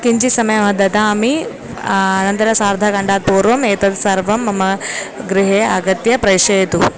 किञ्चित् समयमहं ददामि अनन्तरं सार्धघण्टा पूर्वम् एतत् सर्वं मम गृहे आगत्य प्रेषयतु